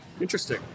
Interesting